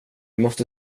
måste